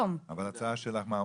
אבל ההצעה שלך מה אומרת?